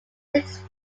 six